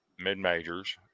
mid-majors